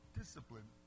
discipline